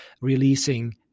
releasing